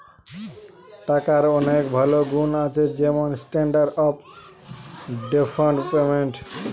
টাকার অনেক ভালো গুন্ আছে যেমন স্ট্যান্ডার্ড অফ ডেফার্ড পেমেন্ট